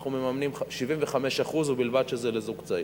אנחנו מממנים 75%, ובלבד שזה לזוג צעיר.